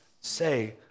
say